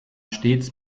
stets